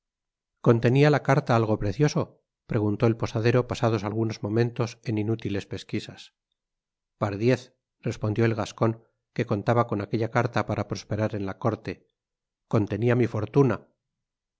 contenia la carta algo precioso preguntó el posadero pasados algunos momentos en inútiles pesquisas pardiez respondió el gascon que contaba con aquella carta para prosperar en la corte con tenia mi fortuna